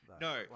No